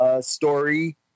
story